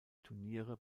turniere